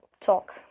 talk